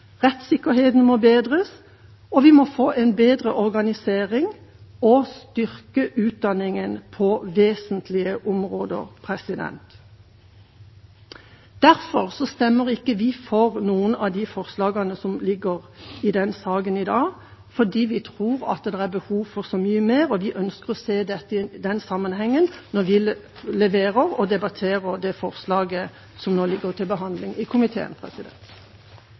Rettssikkerheten må bedres, vi må få en bedre organisering og styrke utdanningen på vesentlige områder. Derfor stemmer vi ikke for noen av de forslagene som ligger i denne saken i dag. Vi tror at det er behov for så mye mer, og vi ønsker å se dette i den sammenhengen når vi leverer, og debatterer, det forslaget som nå ligger til behandling i komiteen.